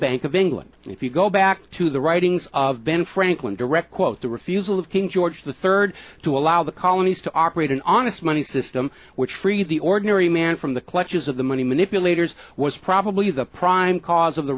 bank of england and if you go back to the writings of ben franklin direct quote the refusal of king george the third to allow the colonies to operate an honest money system which frees the ordinary man from the clutches of the money manipulators was probably the prime cause of the